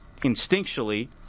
instinctually